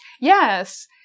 Yes